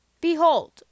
Behold